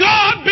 God